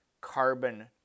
carbon